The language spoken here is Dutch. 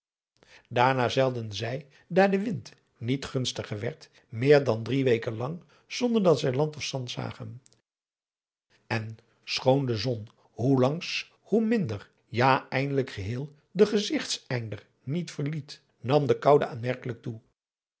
daarna zeilden zij daar de wind niet gunstiger werd meer dan drie weken lang zonder dat zij land of zand zagen en schoon de zon hoe langs hoe minder ja eindelijk geheel den gezigteinder niet verliet nam de koude aanmerkelijk toe